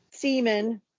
semen